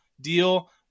deal